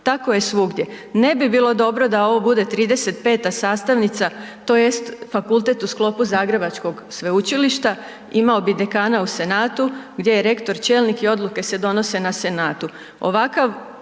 Tako je svugdje. Ne bi bilo dobro da ovo bude 35 sastavnica tj. fakultete u sklopu zagrebačkog sveučilišta, imao bi dekana u senatu gdje je rektor čelnik i odluke se donose na senatu.